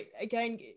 again